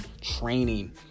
training